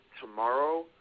tomorrow